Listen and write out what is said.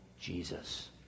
Jesus